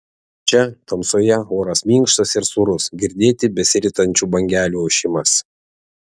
čia tamsoje oras minkštas ir sūrus girdėti besiritančių bangelių ošimas